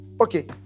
Okay